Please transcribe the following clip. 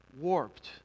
warped